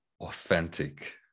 authentic